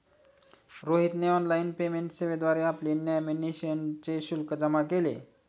रोहितने online payment सेवेद्वारे आपली नॉमिनेशनचे शुल्क जमा केले